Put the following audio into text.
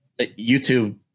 YouTube